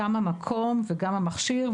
גם המקום וגם המכשיר,